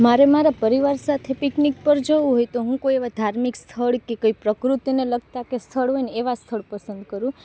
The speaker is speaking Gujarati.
મારે મારા પરિવાર સાથે પિકનિક પર જવું હોય તો હું કોઈ એવાં ધાર્મિક સ્થળ કે કંઈ પ્રકૃતિને લાગતાં કે સ્થળ હોય ને એવાં સ્થળ પસંદ કરું